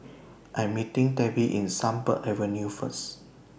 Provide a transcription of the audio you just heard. I Am meeting Debbi in Sunbird Avenue First